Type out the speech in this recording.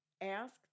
ask